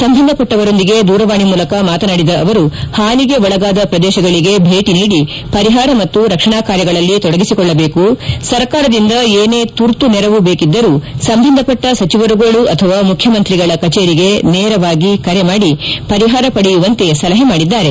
ಸಂಬಂಧಪಟ್ಟವರೊಂದಿಗೆ ದೂರವಾಣಿ ಮೂಲಕ ಮಾತನಾಡಿದ ಅವರು ಹಾನಿಗೆ ಒಳಗಾದ ಪ್ರದೇಶಗಳಿಗೆ ಭೇಟಿ ನೀಡಿ ಪರಿಹಾರ ಮತ್ತು ರಕ್ಷಣಾ ಕಾರ್ಯಗಳಲ್ಲಿ ತೊಡಗಿಸಿಕೊಳ್ಳಬೇಕು ಸರ್ಕಾರದಿಂದ ಏನೇ ತುರ್ತು ನೆರವು ಬೇಕಿದ್ದರೂ ಸಂಬಂಧಪಟ್ಟ ಸಚಿವರುಗಳು ಅಥವಾ ಮುಖ್ಯಮಂತ್ರಿಗಳ ಕಚೇರಿಗೆ ನೇರವಾಗಿ ಕರೆ ಮಾದಿ ಪರಿಹಾರ ಪಡೆಯುವಂತೆ ಸಲಹೆ ಮಾಡಿದ್ದಾರೆ